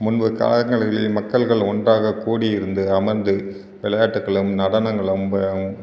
முன்பு காலங்களிலே மக்கள்கள் ஒன்றாக கூடி இருந்து அமர்ந்து விளையாட்டுகளும் நடனங்களும்